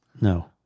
No